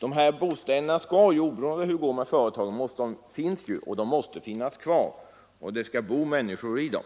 uppkomna situationen. Oberoende av hur det går med företagen finns ju ändå lägenheterna och det skall bo människor i dem.